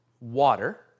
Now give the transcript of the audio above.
water